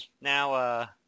now